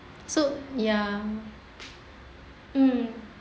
so ya